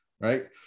right